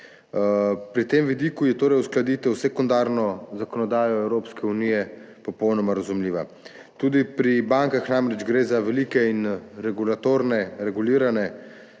Pri tem vidiku je torej uskladitev s sekundarno zakonodajo Evropske unije popolnoma razumljiva. Tudi pri bankah gre namreč po drugi strani za velike in regulirane